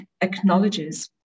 acknowledges